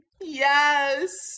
Yes